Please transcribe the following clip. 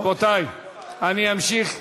אמשיך בסדר-היום.